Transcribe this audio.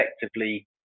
effectively